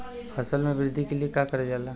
फसल मे वृद्धि के लिए का करल जाला?